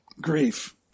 grief